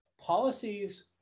policies